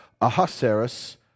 Ahasuerus